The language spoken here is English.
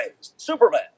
Superman